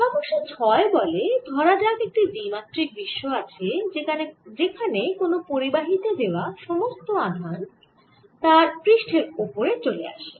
সমস্যা 6 বলে ধরা যাক একটি দ্বিমাত্রিক বিশ্ব আছে যেখানে কোন পরিবাহী তে দেওয়া সমস্ত আধান তার পৃষ্ঠের ওপরে চলে আসে